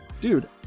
dude